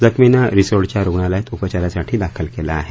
जखमींना रिसोडच्या रुग्णालयात उपचारासाठी दाखल केलं आहे